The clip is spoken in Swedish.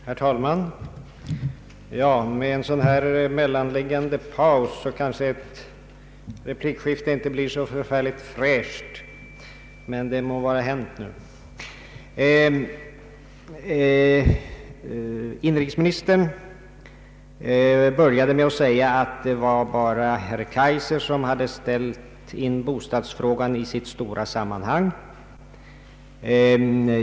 Herr talman! Med en sådan här mel lanliggande paus kanske replikskiftet inte blir så särskilt fräscht, men det må vara hänt. Inrikesministern började med att säga att det bara var herr Kaijser som hade ställt in bostadsfrågan i dess stora sammanhang.